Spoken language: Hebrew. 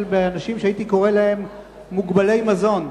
באנשים שהייתי קורא להם "מוגבלי מזון".